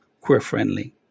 queer-friendly